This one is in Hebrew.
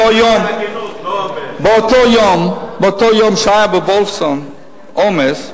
באותו יום שהיה ב"וולפסון" עומס,